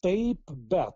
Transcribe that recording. taip bet